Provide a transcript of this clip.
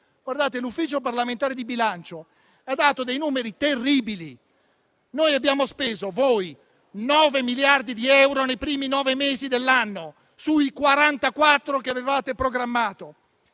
l'Ufficio parlamentare di bilancio ha dato dei numeri terribili: voi avete speso nove miliardi di euro nei primi nove mesi dell'anno, sui quarantaquattro che avevate programmato.